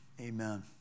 amen